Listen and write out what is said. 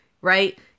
right